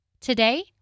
Today